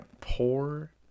poor